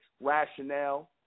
rationale